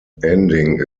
ending